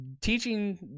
teaching